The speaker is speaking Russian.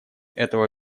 этого